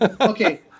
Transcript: Okay